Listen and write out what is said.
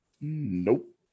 Nope